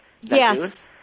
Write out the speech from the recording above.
Yes